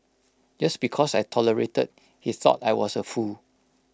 just because I tolerated he thought I was A fool